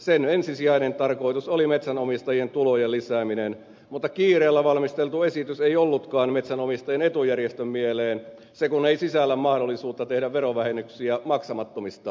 sen ensisijainen tarkoitus oli metsänomistajien tulojen lisääminen mutta kiireellä valmisteltu esitys ei ollutkaan metsänomistajien etujärjestön mieleen se kun ei sisällä mahdollisuutta tehdä verovähennyksiä maksamattomista veroista